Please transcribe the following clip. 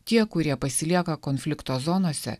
tie kurie pasilieka konflikto zonose